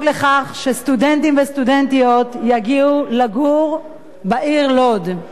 לכך שסטודנטים וסטודנטיות יגיעו לגור בעיר לוד.